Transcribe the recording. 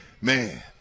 man